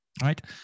right